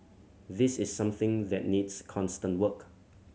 this is something that needs constant work